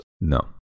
No